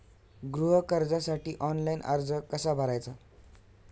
गृह कर्जासाठी ऑनलाइन अर्ज कसा भरायचा?